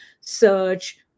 search